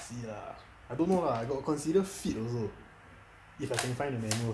see lah I don't know lah I got consider fit also if I can find the manual